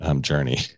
journey